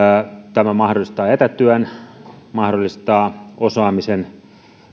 tämä mahdollistaa etätyön mahdollistaa osaamisen